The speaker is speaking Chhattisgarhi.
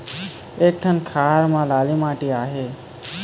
एक ठन खार म लाली माटी आहे?